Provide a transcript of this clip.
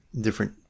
different